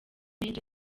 menshi